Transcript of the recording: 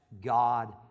God